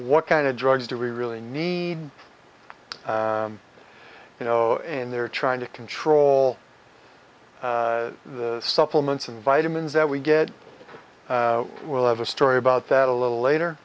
what kind of drugs do we really need you know and they're trying to control the supplements and vitamins that we get we'll have a story about that a little later